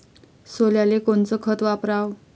सोल्याले कोनचं खत वापराव?